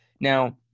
Now